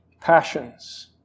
passions